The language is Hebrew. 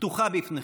פתוחה בפניכם.